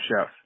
chef